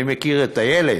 אני מכיר את הילד.